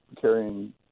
carrying